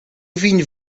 vinho